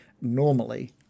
normally